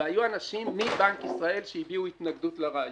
והיו אנשים מבנק ישראל שהביעו התנגדות לרעיון.